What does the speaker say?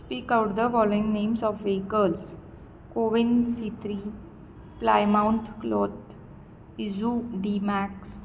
speak out the following names of vehicles Kovin C three Plymouth cloth Isuzu D Max